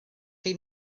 chi